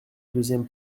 deuxième